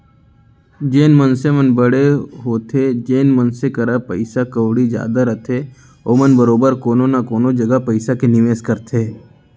जेन मनसे मन बड़े होथे जेन मनसे करा पइसा कउड़ी जादा रथे ओमन बरोबर कोनो न कोनो जघा पइसा के निवेस करथे